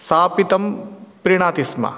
सापि तं प्रीणाति स्म